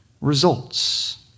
results